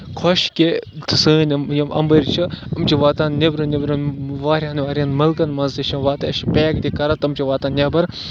خۄش کہِ سٲنۍ یِم یِم اَمبٕر چھِ یِم چھِ واتان نیبرٕنیبرٕ واریاہن واریاہن مُلکن منٛز تہِ چھِ وَتہٕ أسۍ چھِ پیک تہِ کران تِم چھِ واتان نٮ۪بر